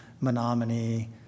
Menominee